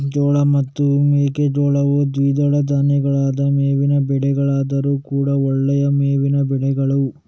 ಜೋಳ ಮತ್ತು ಮೆಕ್ಕೆಜೋಳವು ದ್ವಿದಳ ಧಾನ್ಯಗಳಲ್ಲದ ಮೇವಿನ ಬೆಳೆಗಳಾದ್ರೂ ಕೂಡಾ ಒಳ್ಳೆಯ ಮೇವಿನ ಬೆಳೆಗಳು